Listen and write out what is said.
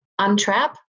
untrap